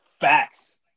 Facts